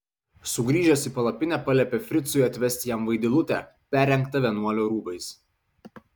sugrįžęs į palapinę paliepė fricui atvesti jam vaidilutę perrengtą vienuolio rūbais